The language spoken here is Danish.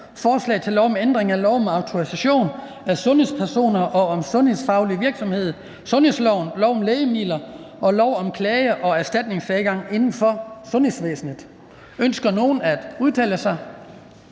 Forslag til lov om ændring af lov om autorisation af sundhedspersoner og om sundhedsfaglig virksomhed, sundhedsloven, lov om lægemidler og lov om klage- og erstatningsadgang inden for sundhedsvæsenet. (Indførelse af et